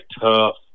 tough –